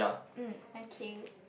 mmm okay